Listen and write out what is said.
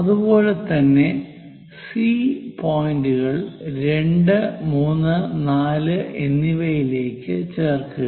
അതുപോലെ തന്നെ സി പോയിന്റുകൾ 2 3 4 എന്നിവയിലേക്ക് ചേർക്കുക